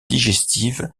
digestive